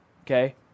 okay